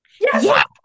Yes